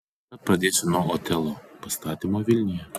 tad pradėsiu nuo otelo pastatymo vilniuje